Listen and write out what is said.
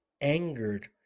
angered